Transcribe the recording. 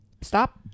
Stop